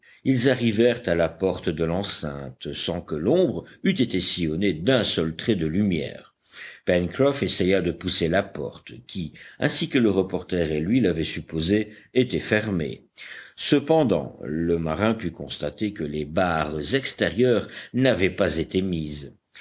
ils arrivèrent à la porte de l'enceinte sans que l'ombre eût été sillonnée d'un seul trait de lumière pencroff essaya de pousser la porte qui ainsi que le reporter et lui l'avaient supposé était fermée cependant le marin put constater que les barres extérieures n'avaient pas été mises